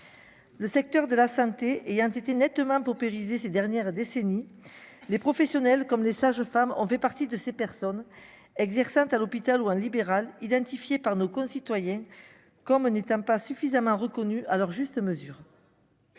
le secteur de la santé et entités nettement ces dernières décennies, les professionnels comme les sages-femmes ont fait partie de ces personnes exerçant à l'hôpital ou un libéral identifié par nos concitoyens comme n'étant pas suffisamment reconnus à leur juste mesure.